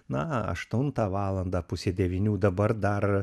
na aštuntą valandą pusė devynių dabar dar